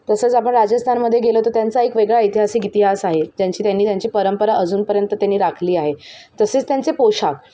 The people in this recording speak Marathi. तसंच आपण राजस्थानमध्ये गेलो तर त्यांचा एक वेगळा ऐतिहासिक इतिहास आहे त्यांची त्यांनी त्यांची परंपरा अजूनपर्यंत त्यांनी राखली आहे तसेच त्यांचे पोशाख